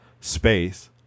space